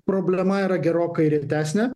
problema yra gerokai rimtesnė